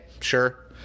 sure